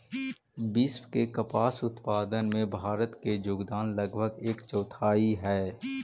विश्व के कपास उत्पादन में भारत के योगदान लगभग एक चौथाई हइ